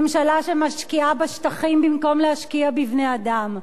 ממשלה שמשקיעה בשטחים במקום להשקיע בבני-אדם.